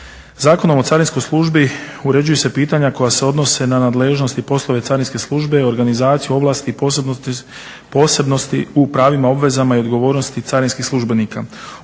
Zakonom o carinskoj službi uređuju se pitanja koja se odnose na nadležnost i poslove carinske službe i organizaciju i ovlasti posebnosti u pravima, obvezama i odgovornosti carinskih službenika.